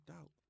out